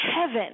heaven